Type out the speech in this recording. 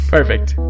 Perfect